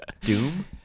Doom